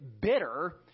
bitter